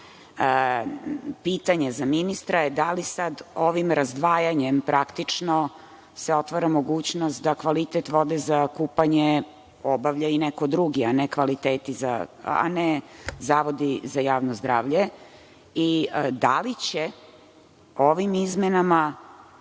Pitanje za ministra je – da li sad ovim razdvajanjem praktično se otvara mogućnost da kvalitet vode za kupanje obavlja i neko drugi, a ne zavodi za javno zdravlje? Da li će ovim izmenama